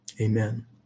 amen